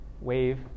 wave